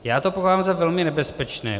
Já to pokládám za velmi nebezpečné.